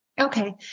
Okay